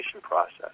process